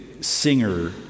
singer